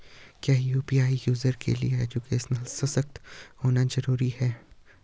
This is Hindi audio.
क्या यु.पी.आई यूज़र के लिए एजुकेशनल सशक्त होना जरूरी है?